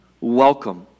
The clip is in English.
welcome